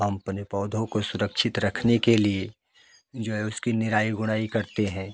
हम अपने पौधों को सुरक्षित रखने के लिए जो है उसकी निराई गोड़ाई करते हैं